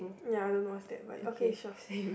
ya I don't know what's that but ya okay sure